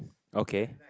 okay